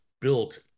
built